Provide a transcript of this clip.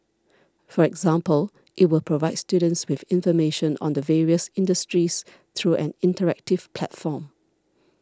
for example it will provide students with information on the various industries through an interactive platform